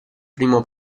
primo